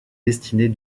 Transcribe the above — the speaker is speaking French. destinés